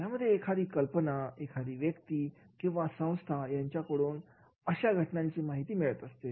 यामध्ये एखाद्या कल्पनाएखादी व्यक्ती किंवा संस्था यांच्याकडून अशा घटनांची माहिती मिळत असते